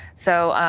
so,